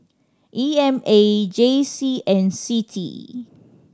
E M A J C and C T E